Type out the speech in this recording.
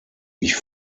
ich